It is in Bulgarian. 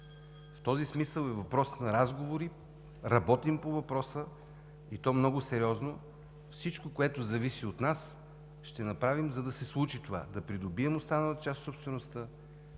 в този смисъл е въпрос на разговори. Работим по въпроса, и то много сериозно. Всичко, което зависи от нас, ще го направим, за да се случи това – да придобием останалата част от собствеността